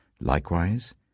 Likewise